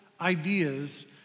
ideas